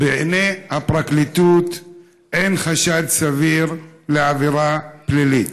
ובעיני הפרקליטות אין חשד סביר לעבירה פלילית.